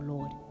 Lord